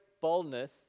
boldness